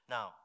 Now